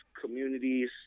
communities